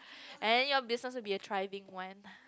and your business will be a thriving one